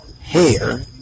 hair